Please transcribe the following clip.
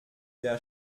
der